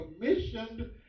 commissioned